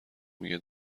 میگه